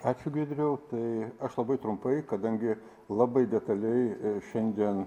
ačiū giedriau tai aš labai trumpai kadangi labai detaliai šiandien